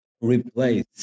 replace